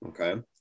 Okay